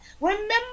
Remember